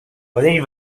podéis